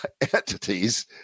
entities